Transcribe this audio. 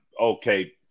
Okay